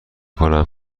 کنم